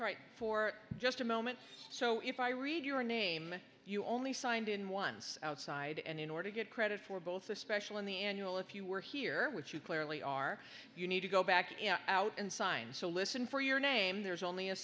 right for just a moment so if i read your name you only signed in once outside and in order to get credit for both the special and the annual if you were here which you clearly are you need to go back out and sign so listen for your name there's only a